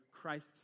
Christ's